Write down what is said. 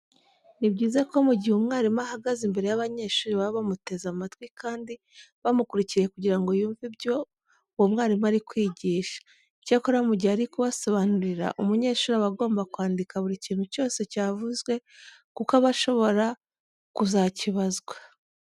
Ni byiza ko mu gihe umwarimu ahagaze imbere y'abanyeshuri baba bamuteze amatwi kandi bamukurikiye kugira ngo yumve ibyo uwo mwarimu ari kwigisha. Icyakora mu gihe ari kubasobanurira, umunyeshuri aba agomba kwandika buri kintu cyose cyavuzwe kuko aba ashobora kuzakibazwa.